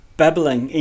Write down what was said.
babbling